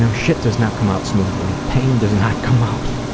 so shit does not come out smoothly. pain does not come out,